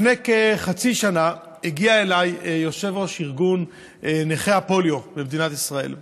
לפני כחצי שנה הגיע אליי יושב-ראש ארגון נכי הפוליו במדינת ישראל,